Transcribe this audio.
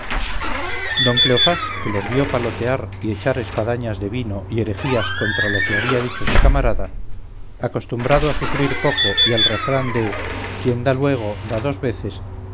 don cleofás que los vió palotear y echar espadañas de vino y herejías contra lo que había dicho su camarada acostumbrado a sufrir poco y al refrán de quien da luego da dos veces